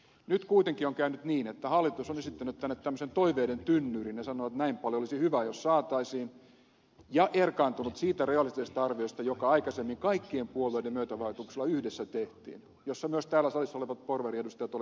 nyt kuitenkin on käynyt niin että hallitus on esittänyt tänne tämmöisen toiveiden tynnyrin ja sanoo että näin paljon olisi hyvä jos saataisiin ja erkaantunut siitä realistisesta arviosta joka aikaisemmin kaikkien puolueiden myötävaikutuksella yhdessä tehtiin jossa myös täällä salissa olevat porvariedustajat olivat mukana